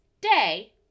day